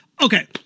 Okay